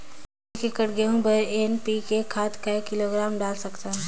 एक एकड़ गहूं बर एन.पी.के खाद काय किलोग्राम डाल सकथन?